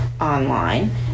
online